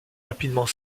rapidement